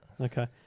Okay